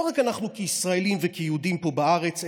לא רק אנחנו כישראלים וכיהודים פה בארץ,